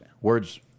words